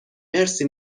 مرسی